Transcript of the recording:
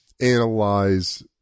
analyze